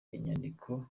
inyandiko